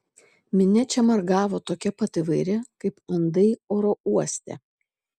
minia čia margavo tokia pat įvairi kaip andai oro uoste